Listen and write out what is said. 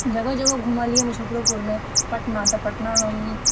जगह जगह घुमलिए मुजफ्फरोपुरमे पटना तऽ पटना हम